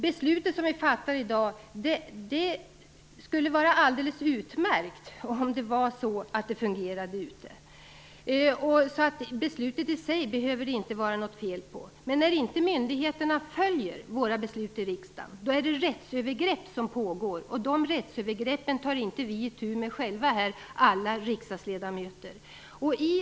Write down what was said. Beslutet som riksdagen fattar i dag skulle vara alldeles utmärkt om det var så att det fungerade utanför riksdagen. Det behöver alltså inte vara något fel på beslutet i sig. Men när inte myndigheterna följer riksdagens beslut är det rättsövergrepp som pågår, och de rättsövergreppen tar inte alla vi riksdagsledamöter själva itu med.